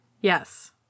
Yes